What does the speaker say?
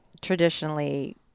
traditionally